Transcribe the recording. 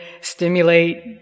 stimulate